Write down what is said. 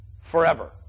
forever